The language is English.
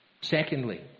Secondly